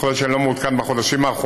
יכול להיות אני לא מעודכן בחודשים האחרונים,